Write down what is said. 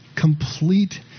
complete